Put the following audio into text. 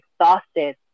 exhausted